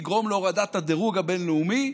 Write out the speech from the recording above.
תגרום להורדת הדירוג הבין-לאומי,